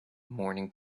morning